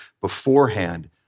beforehand